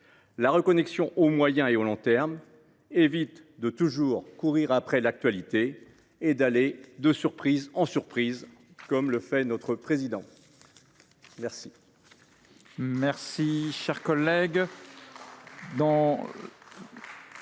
La reconnexion aux moyen et long termes évite de toujours courir après l’actualité et d’aller de surprise en surprise, comme notre Président de